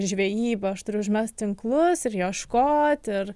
žvejybą aš turiu užmest tinklus ir ieškot ir